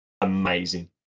amazing